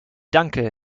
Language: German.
danke